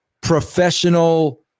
professional